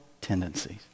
tendencies